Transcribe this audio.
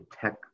tech